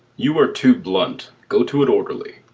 you are too blunt go to it orderly.